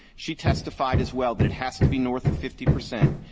she testified, as well, that it has to be north of fifty percent.